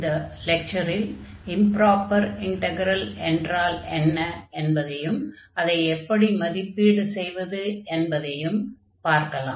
இந்த லெக்சரில் improper integral என்றால் என்ன என்பதையும் அதை எப்படி மதிப்பீடு செய்வது என்பதையும் பார்க்கலாம்